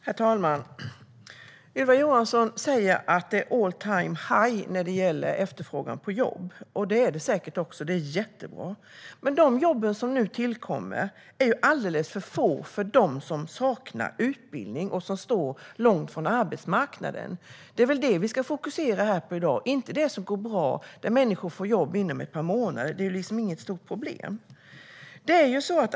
Herr talman! Ylva Johansson säger att det är all-time-high när det gäller efterfrågan på jobb. Det är det säkert också, och det är jättebra. Men de jobb som nu tillkommer är ju alldeles för få för dem som saknar utbildning och som står långt från arbetsmarknaden. Det är väl det vi ska fokusera på här i dag, inte på det som går bra, på människor som får jobb inom ett par månader. Det är liksom inget stort problem.